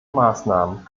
maßnahmen